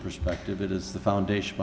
perspective it is the foundation